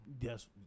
Yes